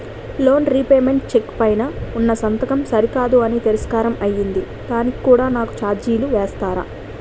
Loan repayment cheque పై ఉన్నా సంతకం సరికాదు అని తిరస్కారం అయ్యింది దానికి కూడా నాకు ఛార్జీలు వేస్తారా?